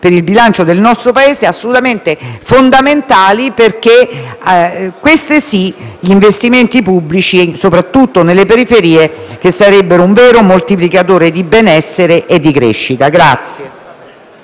per il bilancio del nostro Paese, assolutamente fondamentali, perché questi sì - gli investimenti pubblici - soprattutto nelle periferie, sarebbero un vero moltiplicatore di benessere e di crescita.